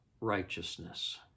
righteousness